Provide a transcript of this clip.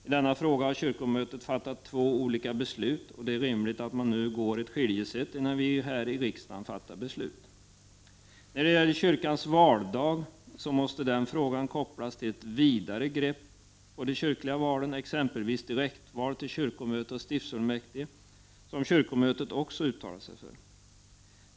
I denna fråga har kyrkomötet fattat två olika beslut, och det är rimligt att man nu går ett ”skiljeset” innan vi här i riksdagen fattar beslut. När det gäller kyrkans valdag, måste den frågan kopplas till ett vidare grepp på de kyrkliga valen, exempelvis direktval till kyrkomöte och stiftsfullmäktige som kyrkomötet också uttalat sig för.